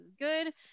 good